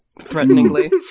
threateningly